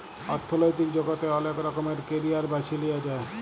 অথ্থলৈতিক জগতে অলেক রকমের ক্যারিয়ার বাছে লিঁয়া যায়